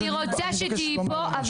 אני רוצה שתהיי פה,